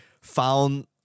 found